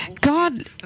God